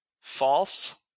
False